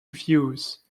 views